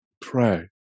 Pray